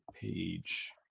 page